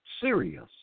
serious